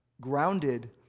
grounded